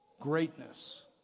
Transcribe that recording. greatness